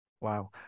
Wow